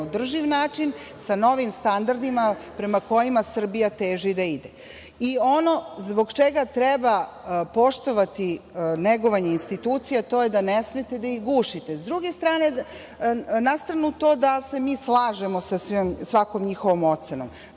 održiv način, sa novim standardima prema kojima Srbija teži da ide. Ono zbog čega treba poštovati negovanje institucija, to je da ne smete da ih gušite.S druge strane, na stranu to da se mi slažemo sa svakom njihovom ocenom.